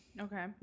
okay